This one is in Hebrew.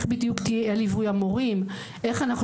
איך בדיוק יהיה ליווי המורים,